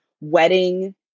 wedding